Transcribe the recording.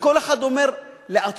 וכל אחד אומר לעצמו: